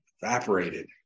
evaporated